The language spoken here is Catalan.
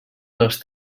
dels